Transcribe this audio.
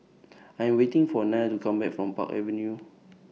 I'm waiting For Nile to Come Back from Park Avenue